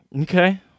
Okay